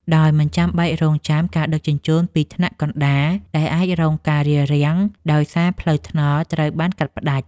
ដោយមិនចាំបាច់រង់ចាំការដឹកជញ្ជូនពីថ្នាក់កណ្តាល ដែលអាចរងការរាំងស្ទះដោយសារផ្លូវថ្នល់ត្រូវបានកាត់ផ្តាច់។